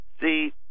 See